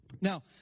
Now